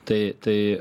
tai tai